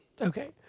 Okay